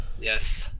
Yes